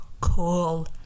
Cool